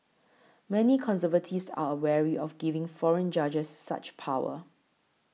many conservatives are wary of giving foreign judges such power